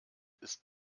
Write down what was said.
ist